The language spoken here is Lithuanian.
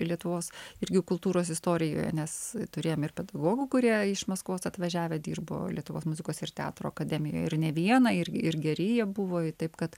lietuvos irgi kultūros istorijoje nes turėjom ir pedagogų kurie iš maskvos atvažiavę dirbo lietuvos muzikos ir teatro akademijoj ir ne vieną ir ir geri jie buvo taip kad